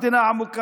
גם המדינה העמוקה,